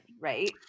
right